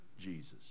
Jesus